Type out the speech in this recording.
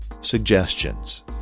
suggestions